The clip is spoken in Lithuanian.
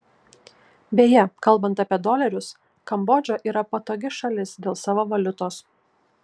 beje kalbant apie dolerius kambodža yra patogi šalis dėl savo valiutos